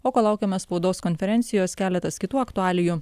o kol laukiame spaudos konferencijos keletas kitų aktualijų